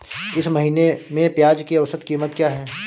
इस महीने में प्याज की औसत कीमत क्या है?